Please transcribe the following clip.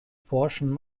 portion